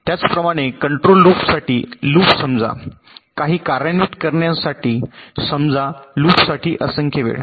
त्याचप्रमाणे control loop साठी loop समजा काही कार्यान्वित करण्यासाठी समजा लूपसाठी असंख्य वेळ